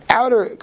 outer